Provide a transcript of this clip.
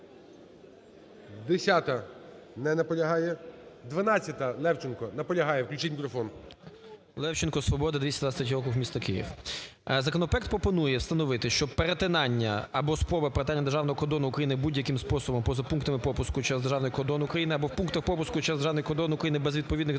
10-а. Не наполягає. 12-а, Левченко. Наполягає. Включіть мікрофон. 17:36:44 ЛЕВЧЕНКО Ю.В. Левченко, "Свобода", 223 округ, місто Київ. Законопроект пропонує встановити, що перетинання або спроба перетинання державного кордону України будь-яким способом поза пунктами пропуску через державний кордон України або в пунктах пропуску через державний кордон України без відповідних документів,